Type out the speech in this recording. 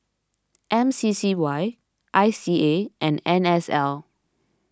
M C C Y I C A and N S L